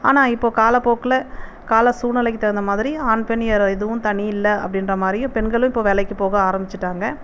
ஆனால் இப்போது காலப்போக்கில் கால சூழ்நிலைக்கு தகுந்த மாதிரி ஆண் பெண் எ எதுவும் தனி இல்லை அப்படின்ற மாதிரியும் பெண்களும் இப்போ வேலைக்கு போக ஆரம்பிச்சுட்டாங்க